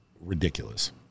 ridiculous